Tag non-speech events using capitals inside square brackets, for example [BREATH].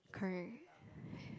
correct [BREATH]